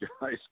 guys